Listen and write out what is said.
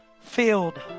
Filled